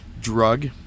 Drug